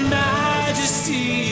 majesty